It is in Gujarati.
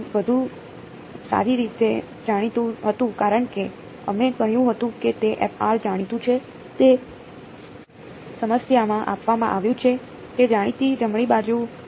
વધુ સારી રીતે જાણીતું હતું કારણ કે અમે કહ્યું હતું કે તે જાણીતું છે તે સમસ્યામાં આપવામાં આવ્યું છે તે જાણીતી જમણી બાજુ છે